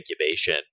incubation